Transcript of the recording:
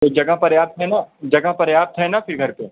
तो जगह पर्याप्त है न जगह पर्याप्त है ना फिर घर पर